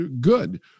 good